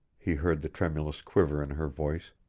he heard the tremulous quiver in her voice.